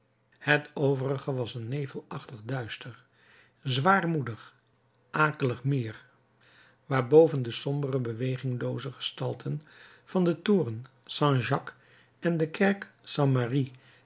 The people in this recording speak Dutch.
het overige was een nevelachtig duister zwaarmoedig akelig meer waarboven de sombere beweginglooze gestalten van den toren st jacques en de kerk st